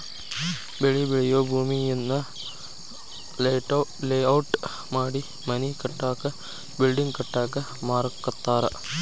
ಬೆಳಿ ಬೆಳಿಯೂ ಭೂಮಿಯನ್ನ ಲೇಔಟ್ ಮಾಡಿ ಮನಿ ಕಟ್ಟಾಕ ಬಿಲ್ಡಿಂಗ್ ಕಟ್ಟಾಕ ಮಾರಾಕತ್ತಾರ